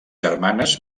germanes